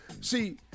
See